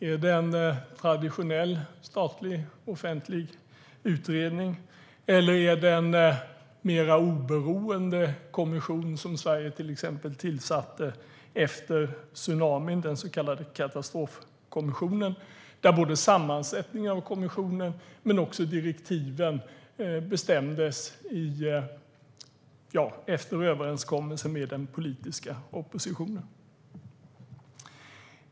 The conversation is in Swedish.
Är det en traditionell, statlig, offentlig utredning eller är det en mer oberoende kommission - en sådan kommission som regeringen tillsatte efter tsunamin, den så kallade katastrofkommissionen där både sammansättningen och direktiven bestämdes efter överenskommelse med den politiska oppositionen?